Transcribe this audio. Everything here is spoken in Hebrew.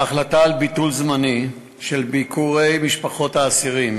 1 2. ההחלטה על ביטול זמני של ביקורי משפחות האסירים